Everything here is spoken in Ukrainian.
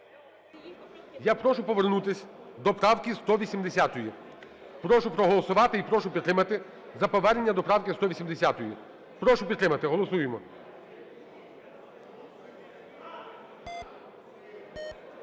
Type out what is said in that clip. Я прошу повернутися до правки 180. Прошу проголосувати і прошу підтримати за повернення до правки 180-ї. Прошу підтримати, голосуємо.